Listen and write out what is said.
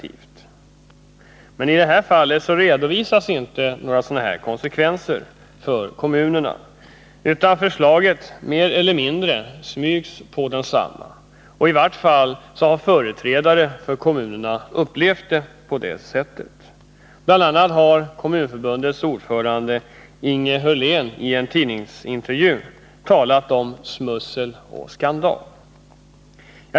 I detta fall redovisas inte några sådana konsekvenser för kommunerna, utan förslaget mer eller mindre smygs på dem. I varje fall har företrädare för kommunerna upplevt det på det sättet. Bl. a. har Kommunförbundets ordförande Inge Hörlén i en tidningsintervju talat om smussel och skandal.